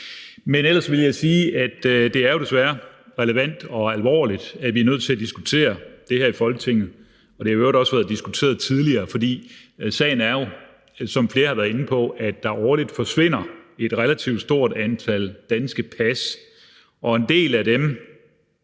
Men ellers vil jeg sige, at det jo desværre er relevant og alvorligt, at vi er nødt til at diskutere det her i Folketinget – og det har i øvrigt også været diskuteret tidligere. For sagen er jo, som flere har været inde på, at der årligt forsvinder et relativt stort antal danske pas, og en del af dem